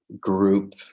group